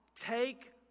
Take